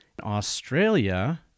Australia